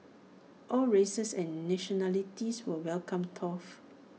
all races and nationalities were welcome though